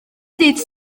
dydd